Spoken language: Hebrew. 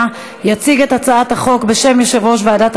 הודעה למזכירת הכנסת,